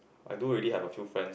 I do really have a few friends